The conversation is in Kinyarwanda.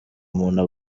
umuntu